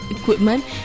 equipment